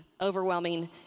overwhelming